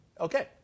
Okay